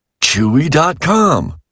Chewy.com